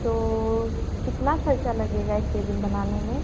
तो कितना खर्चा लगेगा एक केबिन बनाने में